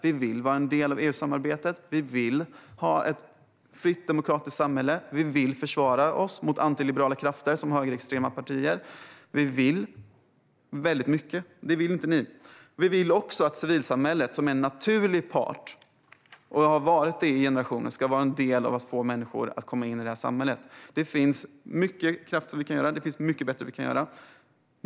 Vi vill vara en del av EU-samarbetet. Vi vill ha ett fritt, demokratiskt samhälle. Vi vill försvara oss mot antiliberala krafter som högerextrema partier. Vi vill väldigt mycket; det vill inte ni. Vi vill också att civilsamhället, som är en naturlig part och har varit det i generationer, ska vara en del av att få människor att komma in i det här samhället. Det finns mycket krafter, och det finns mycket vi kan göra bättre.